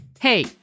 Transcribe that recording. Hey